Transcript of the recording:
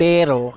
Pero